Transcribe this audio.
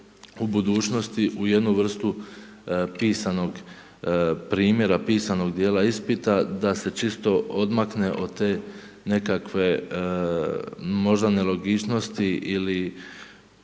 u budućnosti u jednu vrstu pisanog primjera, pisanog dijela ispita, da se čisto odmakne od te nekakve možda nelogičnosti ili